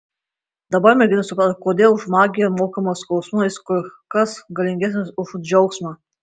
dabar mergina suprato kodėl už magiją mokama skausmu jis kur kas galingesnis už džiaugsmą